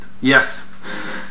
Yes